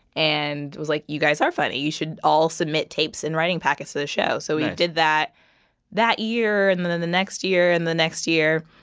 and it was like, you guys are funny. you should all submit tapes and writing packets to the show. so we did that that year, and then the next year and the next year.